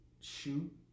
shoot